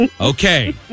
Okay